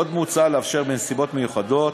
עוד מוצע לאפשר, בנסיבות מיוחדות,